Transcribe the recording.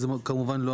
כמובן,